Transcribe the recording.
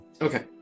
Okay